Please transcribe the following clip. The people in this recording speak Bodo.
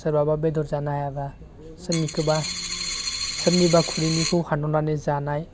सोरबाबा बेदर जानो हायाबा सोरनिखौबा सोरनिबा खुरैनिखौ हानहरनानै जानाय